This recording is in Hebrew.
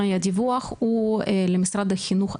הרי הדיווח הוא למשרד החינוך.